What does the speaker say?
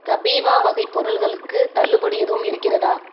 கபீவா வகை பொருள்களுக்கு தள்ளுபடி எதுவும் இருக்கிறதா